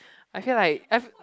I feel like I've